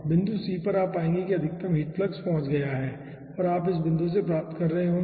बिंदु c पर आप पाएंगे कि अधिकतम हीट फ्लक्स पहुँच गया है और आप इस बिंदु से प्राप्त कर रहे होंगे